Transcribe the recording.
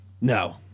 No